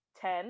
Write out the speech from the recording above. ten